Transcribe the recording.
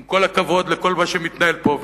עם כל הכבוד לכל מה שמתנהל פה,